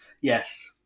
Yes